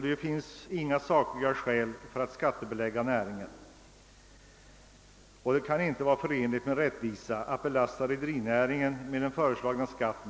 Det finns inget sakligt skäl eller rättviseskäl för att skattebelägga rederinäringen på detta sätt.